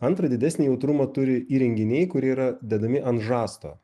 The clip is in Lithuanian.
antra didesnį jautrumą turi įrenginiai kurie yra dedami ant žąsto